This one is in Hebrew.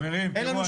חברים, תראו.